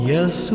Yes